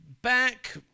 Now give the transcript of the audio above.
Back